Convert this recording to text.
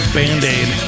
band-aid